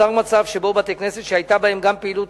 נוצר מצב שבתי-כנסת שהיתה בהם גם פעילות